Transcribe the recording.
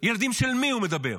על ילדים של מי הוא מדבר?